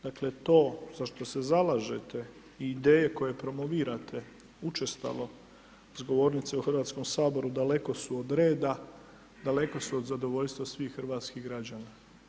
Dakle, to zašto se zalažete i ideje koje promovirate učestalo s govornice u Hrvatskom saboru daleko su od reda, daleko su od zadovoljstva svih hrvatskih građana.